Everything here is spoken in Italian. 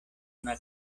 una